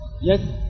Yes